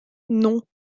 non